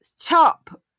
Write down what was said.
top